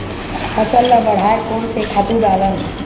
फसल ल बढ़ाय कोन से खातु डालन?